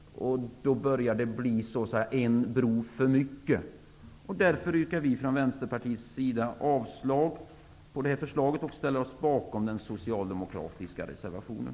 Då börjar det bli ''en bro'' för mycket. Därför yrkar vi i Vänsterpartiet avslag på utskottets hemställan och ställer oss bakom den socialdemokratiska reservationen.